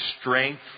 strength